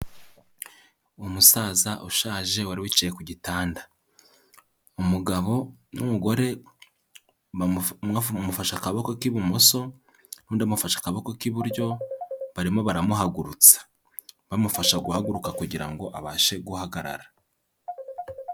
Umusaza ushaje wari wicaye ku gitanda, umugabo n'umugore bamufashe akaboko k'ibumoso, undi amufashe akaboko k'iburyo, barimo baramuhagurutsa, bamufasha guhaguruka kugira ngo abashe guhagarara.